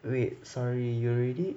wait sorry you already